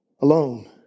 Alone